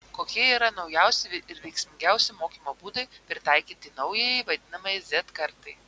kokie yra naujausi ir veiksmingiausi mokymo būdai pritaikyti naujajai vadinamajai z kartai